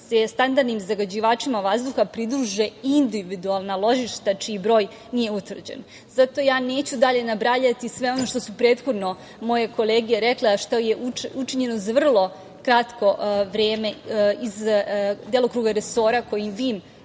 se o standardnim zagađivačima vazduha pridruže individualna ložišta čiji broj nije utvrđen. Zato ja neću dalje nabrajati sve ono što su prethodno moje kolege rekle, a što je učinjeno za vrlo kratko vreme iz delokruga resora koji vi